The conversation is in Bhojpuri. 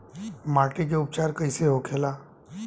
माटी के उपचार कैसे होखे ला?